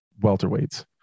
welterweights